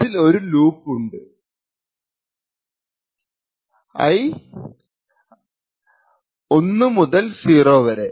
അതിൽ ഒരു ലൂപ്പ് ഉണ്ട് i l 1 മുതൽ 0 വരെ